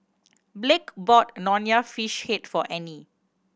Blake bought Nonya Fish Head for Annie